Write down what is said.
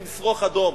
עם שרוך אדום,